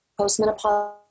postmenopausal